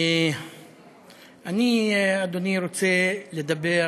אני, אדוני, רוצה לדבר